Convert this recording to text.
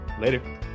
Later